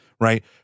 right